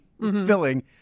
filling